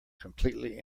completely